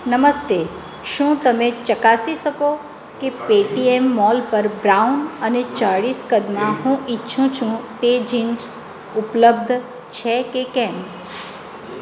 નમસ્તે શું તમે ચકાસી શકો કે પેટીએમ મોલ પર બ્રાઉન અને ચાળીસ કદમાં હું ઇચ્છું છું તે જીન્સ ઉપલબ્ધ છે કે કેમ